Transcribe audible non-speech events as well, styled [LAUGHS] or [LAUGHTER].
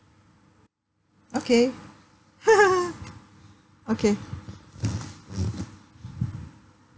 okay [LAUGHS] okay